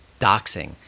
Doxing